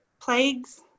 plagues